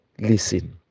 Listen